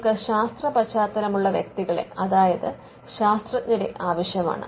നിങ്ങൾക്ക് ശാസ്ത്ര പശ്ചാത്തലമുള്ള വ്യക്തികളെ അതായത് ശാസ്ത്രജ്ഞരെ ആവശ്യമാണ്